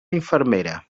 infermera